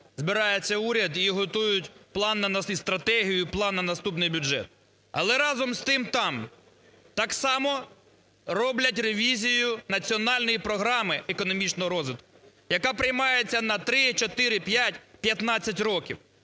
збирається уряд і готують план і стратегію на наступний бюджет. Але, разом з тим, там так само роблять ревізію національної програми економічного розвитку, яка приймається на 3, 4, 5, 15 років.